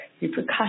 repercussions